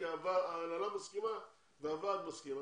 כי ההנהלה מסכימה והוועד מסכים,